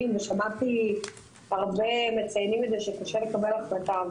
ושמעתי הרבה שמציינים את זה שקשה לקבל החלטה.